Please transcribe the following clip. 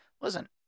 Listen